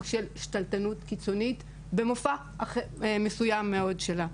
של שתלטנות קיצונית במופע מסוים מאוד שלה.